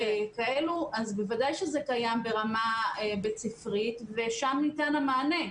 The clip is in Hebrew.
אז בוודאי שזה קיים ברמה בית-ספרית ושם ניתן המענה.